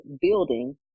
building